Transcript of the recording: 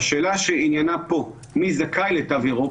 והשאלה שעניינה פה: מי זכאי לתו ירוק?